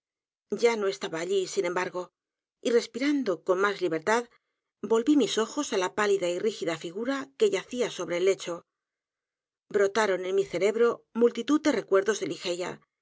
ya no estaba allí sin e m b a r g o y respirando con más libertad volví mis ojos á la pálida y rígida figura que yacía sobre el lecho brotaron en mi cerebro multitud de recuerdos de ligeia